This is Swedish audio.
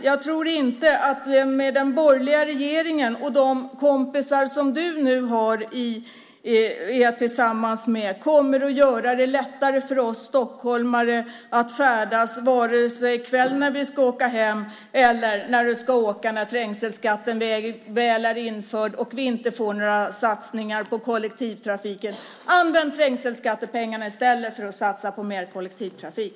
Jag tror inte att den borgerliga regeringen och de kompisar som du har kommer att göra det lättare för oss stockholmare att färdas vare sig i kväll när vi ska åka hem eller när vi ska åka när trängselskatten väl är införd och vi inte får några satsningar på kollektivtrafiken. Använd i stället trängselskattepengarna till att satsa på mer kollektivtrafik!